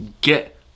get